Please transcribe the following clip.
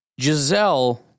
Giselle